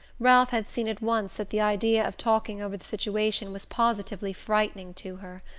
ralph had seen at once that the idea of talking over the situation was positively frightening to her.